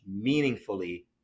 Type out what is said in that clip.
meaningfully